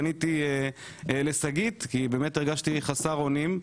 פניתי ליועצת המשפטית שגית אפיק כי באמת הרגשתי חסר אונים,